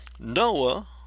Noah